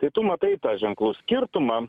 tai tu matai tą ženklų skirtumą